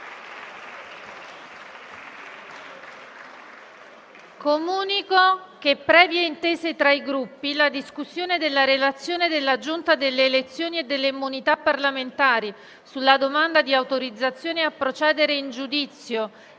Comunico che, previa intesa tra i Gruppi, la discussione della relazione della Giunta delle elezioni e delle immunità parlamentari sulla domanda di autorizzazione a procedere in giudizio,